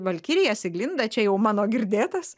valkirija siglinda čia jau mano girdėtas